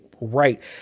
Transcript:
right